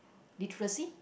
literacy